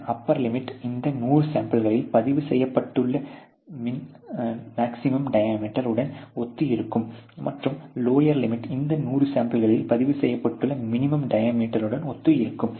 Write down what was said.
பின்னர் upper limit இந்த 100 சாம்பிள்களில் பதிவு செய்யப்பட்டுள்ள மக்சிமம் டயாமீட்டர் உடன் ஒத்திருக்கும் மற்றும் லோயர் லிமிட் இந்த 100 சாம்பிள்களில் பதிவு செய்யப்பட்டுள்ள மினிமம் டயாமீட்டர் உடன் ஒத்திருக்கும்